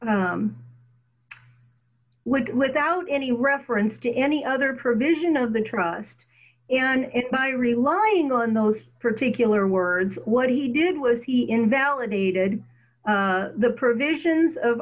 wood with out any reference to any other provision of the trust and by relying on those particular words what he did was he invalidated the provisions of